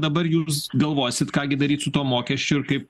dabar jūs galvosit ką gi daryt su tuo mokesčiu ir kaip